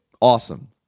Awesome